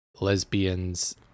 lesbians